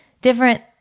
different